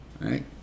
right